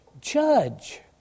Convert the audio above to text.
judge